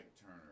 Turner